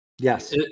Yes